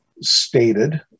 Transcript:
stated